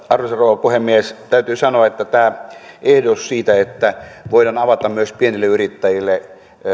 arvoisa rouva puhemies täytyy sanoa että tämä ehdotus siitä että voidaan avata myös pienille yrittäjille